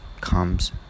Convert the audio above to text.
comes